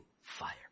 fire